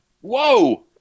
Whoa